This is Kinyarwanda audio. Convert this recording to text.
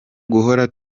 guhora